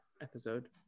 episode